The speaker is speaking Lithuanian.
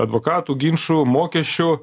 advokatų ginčų mokesčių